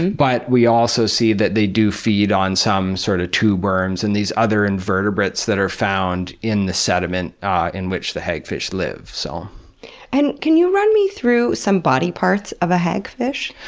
but we also see that they do feed on sort of tube worms and these other invertebrates that are found in the sediment in which the hagfish live. so and can you run me through some body parts of a hagfish?